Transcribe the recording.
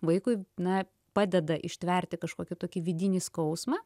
vaikui na padeda ištverti kažkokį tokį vidinį skausmą